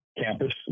campus